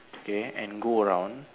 okay and go around